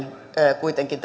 kuitenkin